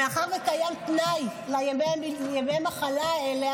קיים תנאי לימי המחלה האלה,